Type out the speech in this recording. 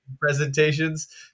presentations